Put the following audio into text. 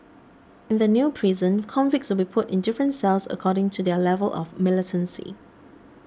in the new prison convicts will be put in different cells according to their level of militancy